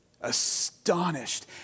Astonished